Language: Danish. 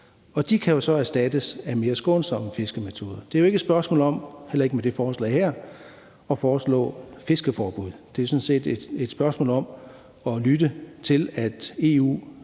de kan så erstattes af mere skånsomme fiskemetoder. Det er jo ikke et spørgsmål om, heller ikke med det her forslag, at foreslå et fiskeforbud. Det er sådan set et spørgsmål om at lytte til, at EU